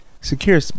Secure